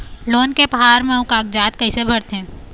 Loan के form अऊ कागजात कइसे भरथें?